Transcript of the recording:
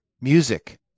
Music